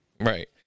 Right